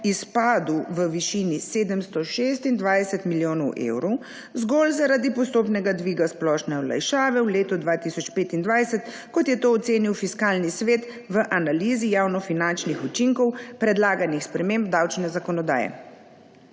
izpadu v višini 726 milijonov evrov zgolj zaradi postopnega dviga splošne olajšave v letu 2025, kot je to ocenil Fiskalni svet v analizi javnofinančnih učinkov predlaganih sprememb davčne zakonodaje.